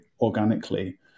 organically